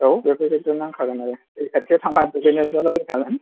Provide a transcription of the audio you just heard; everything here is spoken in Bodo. औ बेखौ नांखागोन आरो दै खाथियाव थांनानै दुगैहैनो लुगैखागोन